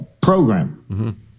program